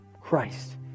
Christ